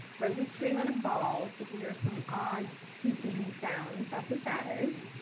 rosie's chewing on a ball, so if you hear some odd squeaking sounds, that's what that is,